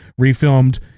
refilmed